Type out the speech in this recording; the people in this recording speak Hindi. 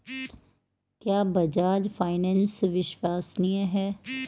क्या बजाज फाइनेंस विश्वसनीय है?